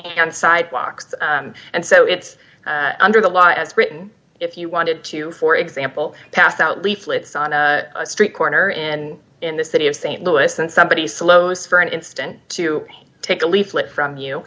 and sidewalks and so it's under the law as written if you wanted to for example pass out leaflets on a street corner in in the city of st louis and somebody slows for an instant to take a leaflet from you